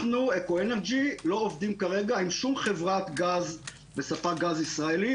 אנחנו אקו אנרג'י לא עובדים כרגע עם שום חברת גז וספק גז ישראלי.